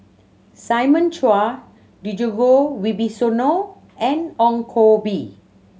Simon Chua Djoko Wibisono and Ong Koh Bee